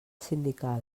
sindical